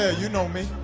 ah you know me.